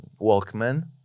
Walkman